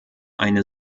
eine